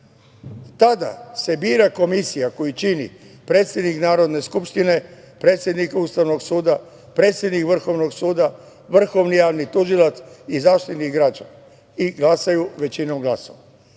Tada se bira komisija koju čini predsednik Narodne skupštine, predsednik Ustavnog suda, predsednik Vrhovnog suda, Vrhovni javni tužilac i Zaštitnik građana i glasaju većinom glasova.